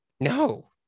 no